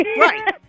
Right